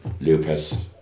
Lupus